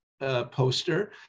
poster